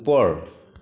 ওপৰ